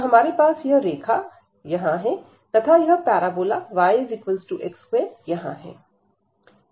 तो हमारे पास यह रेखा यहां है तथा यह पैराबोला yx2यहां है